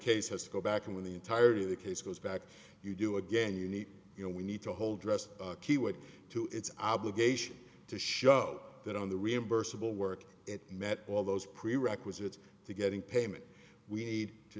case has to go back and when the entirety of the case goes back you do again you need you know we need to hold rest key to its obligation to show that on the reimbursable work it met all those prerequisites to getting payment we need to